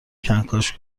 کنکاش